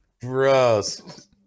Gross